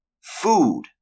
Food